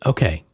Okay